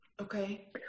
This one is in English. Okay